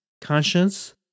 conscience